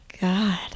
God